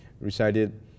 recited